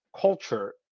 culture